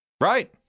Right